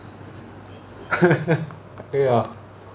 ya